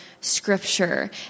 Scripture